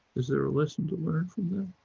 is there a lesson to learn from them?